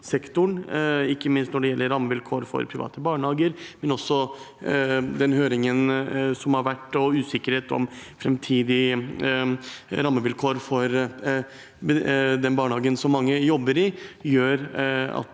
ikke minst når det gjelder rammevilkårene for private barnehager. I den høringen som har vært, kom det fram usikkerhet rundt framtidige rammevilkår for den barnehagen som mange jobber i. Dette gjør at